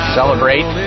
celebrate